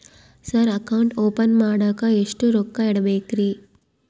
Sir account open ಮಾಡಾಕ ಎಷ್ಟು ರೊಕ್ಕ ಇಡಬೇಕ್ರಿ?